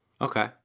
Okay